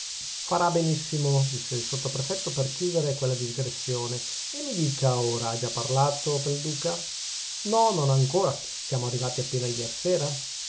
farà benissimo disse il sottoprefetto per chiudere quella digressione e mi dica ora ha già parlato pel duca no non ancora siamo arrivati appena iersera